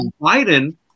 Biden